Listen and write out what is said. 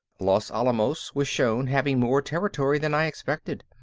los alamos was shown having more territory than i expected.